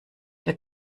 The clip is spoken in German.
der